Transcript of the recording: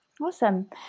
Awesome